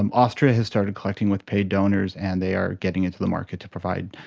um austria has started collecting with paid donors and they are getting into the market to provide,